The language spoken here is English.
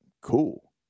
cool